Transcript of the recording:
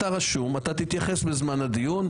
אתה רשום, אתה תתייחס בזמן הדיון.